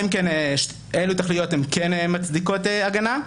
אילו תכליות כן מצדיקות הגנה?